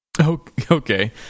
Okay